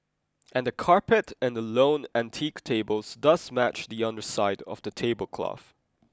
and the carpet and the lone antique table does match the underside of the tablecloth